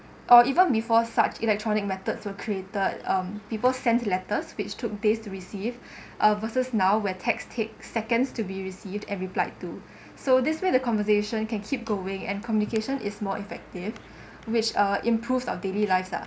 or even before such electronic methods were created um people sent letters which took days to receive uh versus now where text take seconds to be received and replied to so this way the conversation can keep going and communication is more effective which uh improved our daily lifestyle